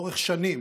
לאורך שנים,